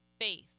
faith